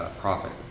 profit